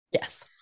Yes